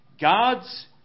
God's